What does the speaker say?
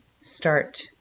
start